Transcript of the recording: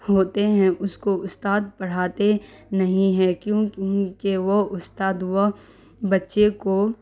ہوتے ہیں اس کو استاد پڑھاتے نہیں ہیں کیونکہ وہ استاد وہ بچے کو